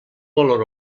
valor